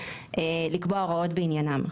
לקבוע הוראות בעניינם.